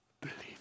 believe